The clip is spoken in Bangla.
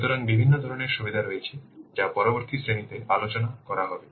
সুতরাং বিভিন্ন ধরণের সুবিধা রয়েছে যা পরবর্তী শ্রেণীতে আলোচনা করা হবে